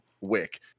wick